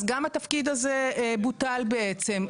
אז גם התפקיד הזה בוטל בעצם.